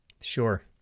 Sure